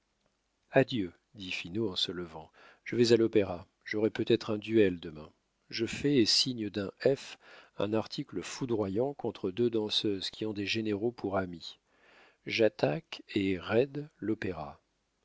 adieu dit finot en se levant je vais à l'opéra j'aurai peut-être un duel demain je fais et signe d'un f un article foudroyant contre deux danseuses qui ont des généraux pour amis j'attaque et raide l'opéra